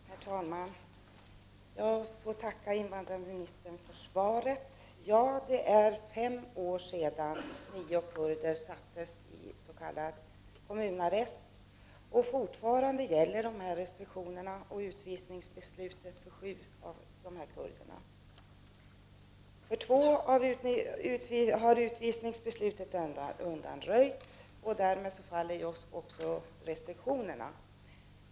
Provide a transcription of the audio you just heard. Herr talman! Jag tackar invandrarministern för svaret. Det är fem år sedan nio kurder sattes i s.k. kommunarrest. Utvisningsbeslutet och restriktionerna gäller fortfarande för sju av dessa kurder. För två personer har utvisningsbeslutet undanröjts, och därmed faller också restriktionerna.